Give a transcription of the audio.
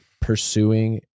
pursuing